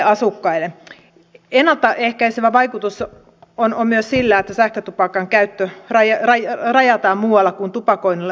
ennalta ehkäisevä vaikutus on myös sillä että sähkötupakan käyttö rajataan muualla kuin tupakoinnille osoitetuissa paikoissa